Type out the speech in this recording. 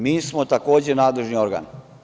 Mi smo takođe nadležni organ.